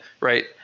right